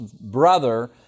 brother